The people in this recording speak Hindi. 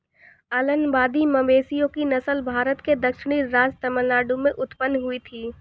अलंबादी मवेशियों की नस्ल भारत के दक्षिणी राज्य तमिलनाडु में उत्पन्न हुई थी